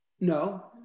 No